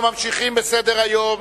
35 בעד,